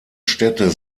städte